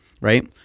right